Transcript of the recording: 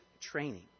training